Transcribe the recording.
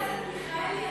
חבר הכנסת מיכאלי,